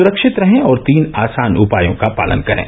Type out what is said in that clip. सुरक्षित रहें और तीन आसान उपायों का पालन करें